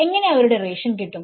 എങ്ങനെ അവരുടെ റേഷൻ കിട്ടും